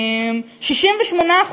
68%,